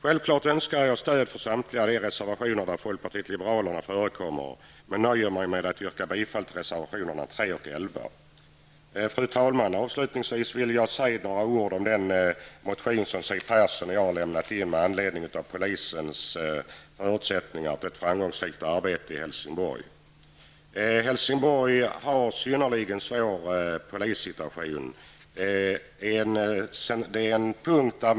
Självfallet önskar jag stöd för samtliga reservationer som folkpartiet liberalerna står bakom, men jag nöjer mig med att yrka bifall till reservationerna 3 och 11. Fru talman! Jag vill avslutningsvis säga några ord om den motion som Siw Persson och jag har avgivit med anledning av polisens förutsättningar för att bedriva ett framgångsrikt arbete i Helsingborg, som har en synnerligen svår polissituation.